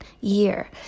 year